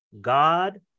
God